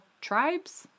tribes